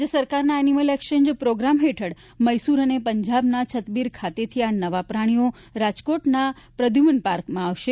રાજય સરકારના animal exchange programme હેઠળ મૈસુર અને પંજાબના છતબીર ખાતેથી આ નવા પ્રાણીઓરાજકોટના પ્રદ્યુમન પાકર્મા આવશે